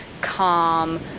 calm